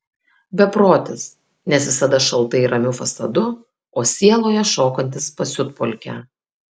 beprotis nes visada šaltai ramiu fasadu o sieloje šokantis pasiutpolkę